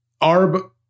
Arb